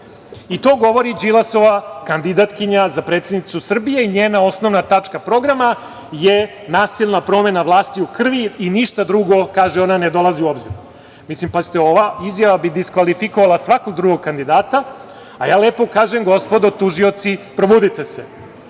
To govori Đilasova kandidatkinja za predsednicu Srbije i njena osnovna tačka programa je nasilna promena vlasti u krvi i ništa drugo, kaže ona, ne dolazi u obzir. Pazite, ova izjava bi diskvalifikovala svakog drugog kandidata, a ja lepo kažem – gospodo tužioci probudite se.